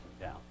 down